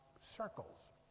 circles